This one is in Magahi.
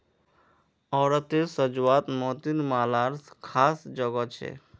औरतेर साज्वात मोतिर मालार ख़ास जोगो छे